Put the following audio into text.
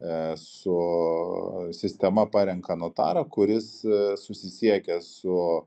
su sistema parenka notarą kuris susisiekia su